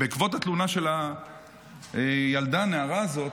בעקבות התלונה של הילדה, הנערה הזאת,